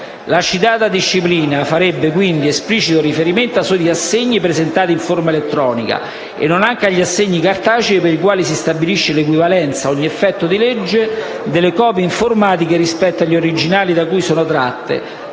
La citata disciplina farebbe esplicito riferimento ai soli assegni presentati in forma elettronica e non anche agli assegni cartacei per i quali si stabilisce l'equivalenza, ad ogni effetto di legge, delle copie informatiche rispetto agli originali da cui sono tratte,